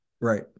Right